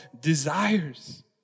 desires